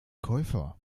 käufer